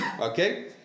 Okay